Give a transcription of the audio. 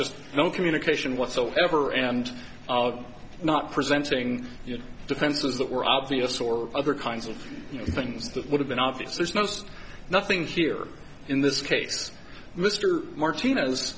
just no communication whatsoever and of not presenting defenses that were obvious or other kinds of things that would have been obvious there's knows nothing here in this case mr martinez